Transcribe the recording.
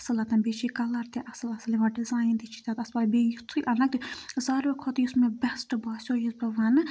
اَصٕلتھَن بیٚیہِ چھِ یہِ کَلَر تہِ اَصٕل اَصٕل یِوان ڈِزایِن تہِ چھِ تَتھ اَصٕل پٲٹھۍ بیٚیہِ یُتھُے اَنَکھ تہِ ساروی کھۄتہٕ یُس مےٚ بیسٹ باسیٚو یُس بہٕ وَنہٕ